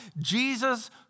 Jesus